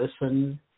listen